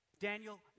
Daniel